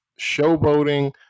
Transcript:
showboating